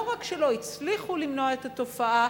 לא רק שלא הצליחו למנוע את התופעה,